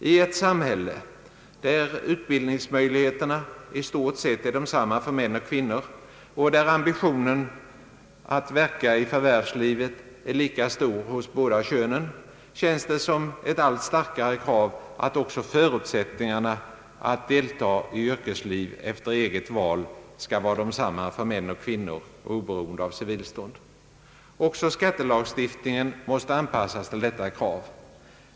I ett samhälle, där utbildningsmöjligheterna i stort sett är desamma för män och kvinnor och där ambitionen att verka i förvärvslivet är lika stor hos båda könen, känns det som ett allt starkare krav att också förutsättningarna att delta i yrkesliv efter eget val skall vara desamma för män och kvinnor. Också skattelagstiftningen måste anpassas till detta krav.